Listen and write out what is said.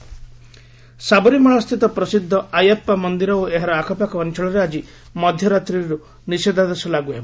ସାବରିମାଳା ସାବରିମାଳାସ୍ଥିତ ପ୍ରସିଦ୍ଧ ଆୟାପ୍ସା ମନ୍ଦିର ଓ ଏହାର ଆଖପାଖ ଅଞ୍ଚଳରେ ଆକ୍ଟି ମଧ୍ୟରାତ୍ରୀର୍ ନିଷେଧାଦେଶ ଲାଗ୍ର ହେବ